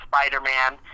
Spider-Man